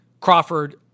Crawford